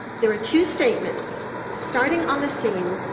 there were two statements starting on the scene,